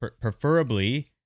Preferably